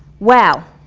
wow,